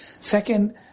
Second